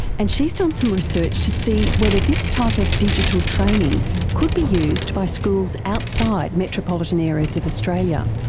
and she's done some research to see whether this type of digital training could be used by schools outside metropolitan areas of australia.